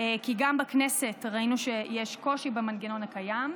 כי גם בכנסת ראינו שיש קושי במנגנון הקיים.